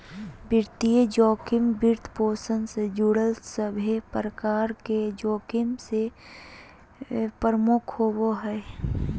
वित्तीय जोखिम, वित्तपोषण से जुड़ल सभे प्रकार के जोखिम मे से प्रमुख होवो हय